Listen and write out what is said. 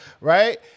right